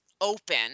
open